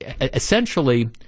essentially